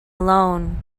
alone